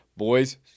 Boys